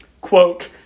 Quote